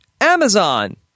Amazon